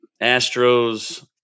Astros